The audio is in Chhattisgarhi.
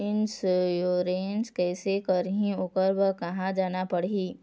इंश्योरेंस कैसे करही, ओकर बर कहा जाना होही?